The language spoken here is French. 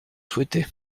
souhaiter